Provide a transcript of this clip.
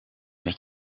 met